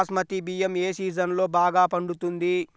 బాస్మతి బియ్యం ఏ సీజన్లో బాగా పండుతుంది?